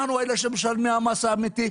אנחנו משלמי המס האמיתי.